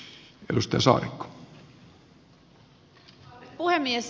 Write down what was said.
arvoisa puhemies